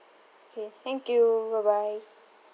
okay thank you bye bye